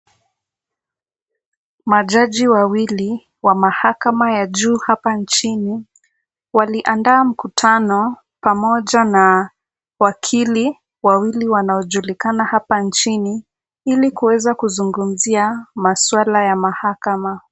Majaji wawili wa mahakama ya juu hapa nchini waliandaa mkutano pamoja na wakili wawili wanaojulikana hapa nchini ili kuweza kuzungumzia maswala ya mahakama.